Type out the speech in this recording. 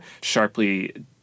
sharply